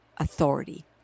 authority